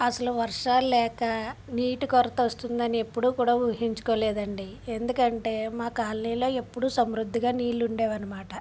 అసలు వర్షాలు లేక నీటి కొరత వస్తుందని ఎప్పుడు కూడా ఊహించుకోలేదండి ఎందుకు అంటే మా కాలనీలో ఎప్పుడు సమృద్ధిగా నీళ్ళు ఉండేవి అన్నమాట